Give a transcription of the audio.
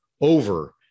over